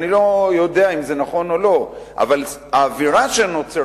אני לא יודע אם זה נכון או לא אבל האווירה שנוצרה